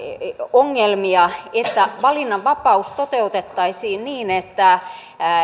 ongelmiamme että valinnanvapaus toteutettaisiin niin että